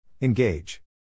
Engage